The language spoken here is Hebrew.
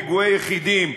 פיגועי יחידים,